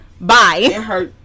Bye